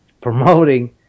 promoting